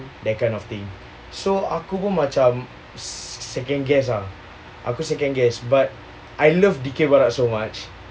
that kind of thing so aku pun macam second guess ah aku second guess but I love dikir barat so much